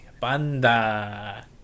banda